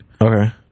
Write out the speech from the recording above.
okay